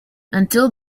until